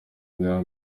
bwa